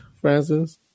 Francis